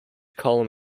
column